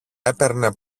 έπαιρνε